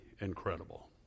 incredible